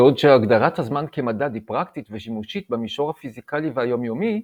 בעוד שהגדרת הזמן כמדד היא פרקטית ושימושית במישור הפיזיקלי והיומיומי,